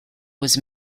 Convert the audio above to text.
was